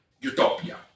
Utopia